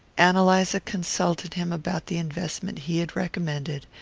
ann eliza consulted him about the investment he had recommended,